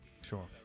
Sure